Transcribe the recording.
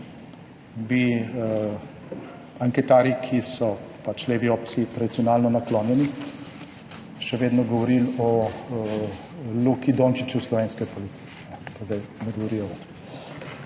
bi anketarji, ki so pač levi opciji tradicionalno naklonjeni, še vedno govorili o luki dončiću slovenske politike,